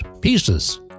pieces